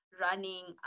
running